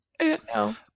No